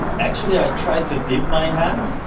actually, i tried to dip my hands,